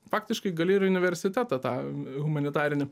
faktiškai gali ir į universitetą tą humanitarinį